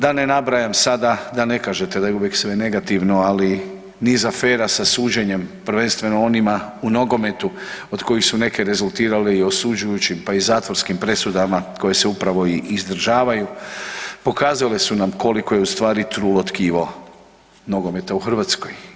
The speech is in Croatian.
Da ne nabrajam sada da ne kažete da je uvijek sve negativno, ali niz afera sa suđenjem prvenstveno onima u nogometu od kojih su neke rezultirale osuđujućim pa i zatvorskim presudama koje se upravo i izdržavanju pokazale su nam koliko je ustvari trulo tkivo nogometa u Hrvatskoj.